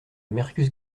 mercus